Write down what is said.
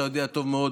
אתה יודע טוב מאוד